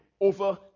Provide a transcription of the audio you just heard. over